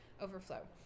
overflow